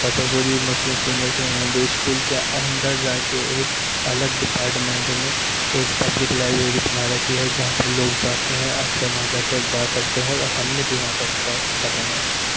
فتح پوری Muslim senior secondary school کے اندر جا کے ایک الگ ڈپاٹمینٹ میں ایک پبلک لائبریری بنا رکھی ہے جہاں پہ لوگ جاتے ہیں اکثر وہاں جا کے اخبار پڑھتے ہیں اور ہم نے بھی وہاں پہ اخبار پڑھے ہیں